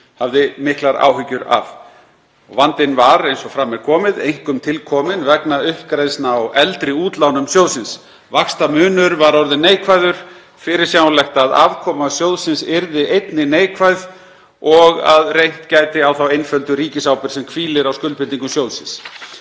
hafði miklar áhyggjur af. Vandinn var, eins og fram er komið, einkum til kominn vegna uppgreiðslna á eldri útlánum sjóðsins. Vaxtamunurinn var orðinn neikvæður og fyrirsjáanlegt að afkoma sjóðsins yrði einnig neikvæð og að reynt gæti á þá einföldu ríkisábyrgð sem hvílir á skuldbindingum sjóðsins.